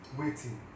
waiting